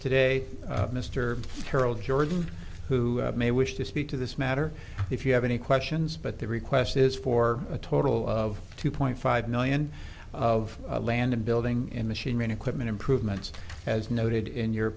today mr harold jordan who may wish to speak to this matter if you have any questions but the request is for a total of two point five million of land and building in machinery and equipment improvements as noted in your